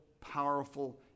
powerful